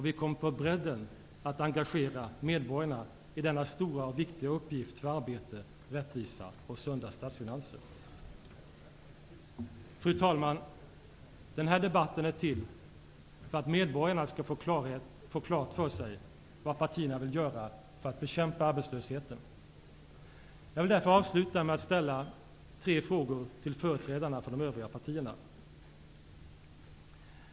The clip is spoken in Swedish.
Vi kommer att på bredden engagera medborgarna i denna stora och viktiga uppgift för arbete, rättvisa och sunda statsfinanser. Fru talman! Den här debatten är till för att medborgarna skall få klart för sig vad partierna vill göra för att bekämpa arbetslösheten. Jag vill därför avsluta med att ställa tre frågor till företrädarna för de övriga partierna.